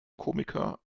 komiker